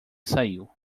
saiu